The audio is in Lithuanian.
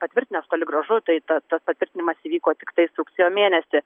patvirtinęs toli gražu tai ta tas patvirtinimas įvyko tiktais rugsėjo mėnesį